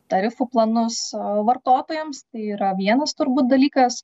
tarifų planus vartotojams tai yra vienas turbūt dalykas